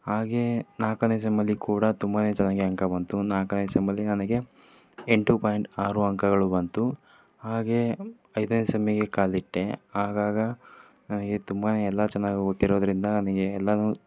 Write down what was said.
ಹಾಗೇ ನಾಲ್ಕನೇ ಸೆಮ್ಮಲ್ಲಿ ಕೂಡ ತುಂಬಾ ಚೆನ್ನಾಗಿ ಅಂಕ ಬಂತು ನಾಲ್ಕನೇ ಸೆಮ್ಮಲ್ಲಿ ನನಗೆ ಎಂಟು ಪಾಯಿಂಟ್ ಆರು ಅಂಕಗಳು ಬಂತು ಹಾಗೇ ಐದನೇ ಸೆಮ್ಮಿಗೆ ಕಾಲಿಟ್ಟೆ ಆಗಾಗ ನನಗೆ ತುಂಬಾ ಎಲ್ಲ ಚೆನ್ನಾಗಿ ಓದ್ತಿರೋದರಿಂದ ನನಗೆ ಎಲ್ಲಾ